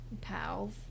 pals